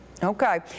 Okay